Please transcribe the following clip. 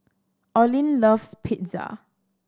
Olin loves Pizza